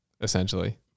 Essentially